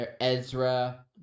Ezra